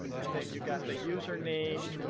and then you got the username,